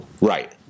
Right